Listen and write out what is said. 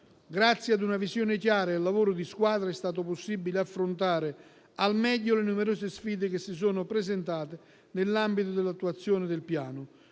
Grazie ad una visione chiara e al lavoro di squadra è stato possibile affrontare al meglio le numerose sfide che si sono presentate nell'ambito dell'attuazione del Piano.